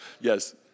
Yes